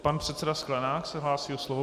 Pan předseda Sklenák se hlásí o slovo.